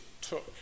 took